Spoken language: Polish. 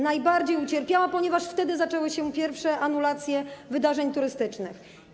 najbardziej ucierpiała, ponieważ wtedy zaczęły się pierwsze anulacje wydarzeń turystycznych.